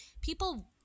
people